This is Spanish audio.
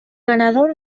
ganador